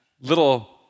little